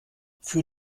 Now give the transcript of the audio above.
für